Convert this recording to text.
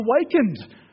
awakened